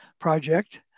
project